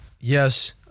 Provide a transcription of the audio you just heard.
Yes